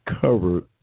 covered